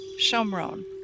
Shomron